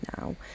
now